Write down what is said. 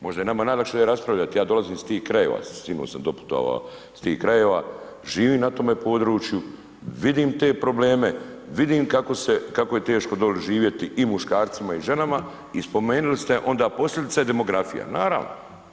Možda je nama najlakše ne raspravljati, ja dolazim iz tih krajeva, sinoć sam doputovao iz tih krajeva, živim na tom području, vidim te probleme, vidim kako se, kako je teško doli živjeti i muškarcima i ženama i spomenuli ste onda posljedica je demografija, naravno.